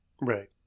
Right